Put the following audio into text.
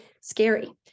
scary